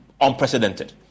unprecedented